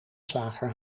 slager